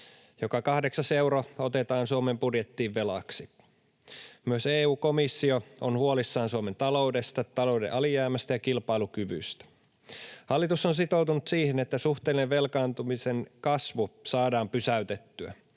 joka kahdeksas euro otetaan Suomen budjettiin velaksi. Myös EU-komissio on huolissaan Suomen taloudesta, talouden alijäämästä ja kilpailukyvystä. Hallitus on sitoutunut siihen, että suhteellinen velkaantumisen kasvu saadaan pysäytettyä.